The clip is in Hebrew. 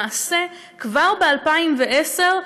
למעשה כבר ב-2010,